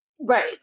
Right